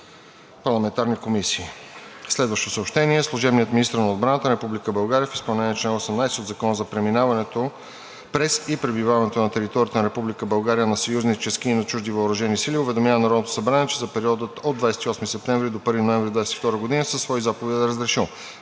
парламентарни комисии. Служебният министър на отбраната на Република България в изпълнение на чл. 18 от Закона за преминаването през и пребиваването на територията на Република България на съюзнически и на чужди въоръжени сили уведомява Народното събрание, че за периода от 28 септември до 1 ноември 2022 г. със свои заповеди е разрешил: